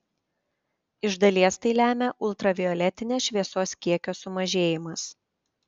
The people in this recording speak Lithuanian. iš dalies tai lemia ultravioletinės šviesos kiekio sumažėjimas